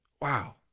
Wow